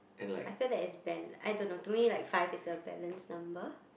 I feel that it is banned I don't know to me like five is a balanced number